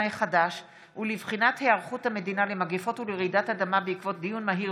החדש ולבחינת היערכות המדינה למגפות ולרעידות אדמה בעקבות דיון מהיר